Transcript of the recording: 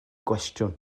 gwestiwn